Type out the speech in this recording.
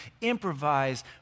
improvise